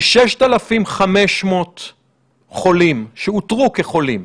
ב-6,500 חולים, שאותרו כחולים,